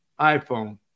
iPhone